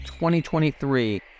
2023